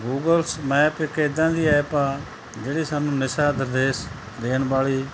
Google's map ਇੱਕ ਇੱਦਾਂ ਦੀ ਐਪ ਆ ਜਿਹੜੀ ਸਾਨੂੰ ਦਿਸ਼ਾ ਨਿਰਦੇਸ਼ ਦੇਣ ਵਾਲੀ